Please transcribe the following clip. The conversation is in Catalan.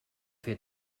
fer